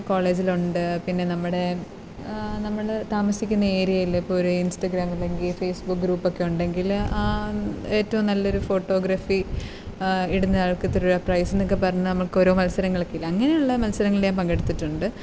കോളേജിലുണ്ട് പിന്നെ നമ്മുടെ നമ്മൾ താമസിക്കുന്ന ഏരിയയിൽ ഇപ്പോൾ ഒരു ഇൻസ്റ്റാഗ്രാം അല്ലെങ്കിൽ ഫേസ്ബുക്ക് ഗ്രൂപ്പ് ഒക്കെ ഉണ്ടെങ്കിൽ ഏറ്റവും നല്ലൊരു ഫോട്ടോഗ്രാഫി ഇടുന്ന ആൾക്ക് ഇത്ര രൂപ പ്രൈസ് എന്നൊക്കെ പറഞ്ഞ് നമുക്ക് ഓരോ മത്സരങ്ങളൊക്കെ ഇല്ലേ അങ്ങനെയുള്ള മത്സരങ്ങളിൽ ഞാൻ പങ്കെടുത്തിട്ടുണ്ട്